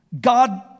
God